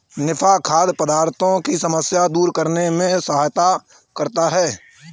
निफा खाद्य पदार्थों की समस्या दूर करने में सहायता करता है